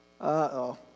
uh-oh